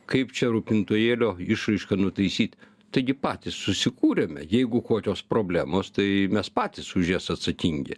kaip čia rūpintojėlio išraišką nutaisyt taigi patys susikūrėme jeigu kokios problemos tai mes patys už jas atsakingi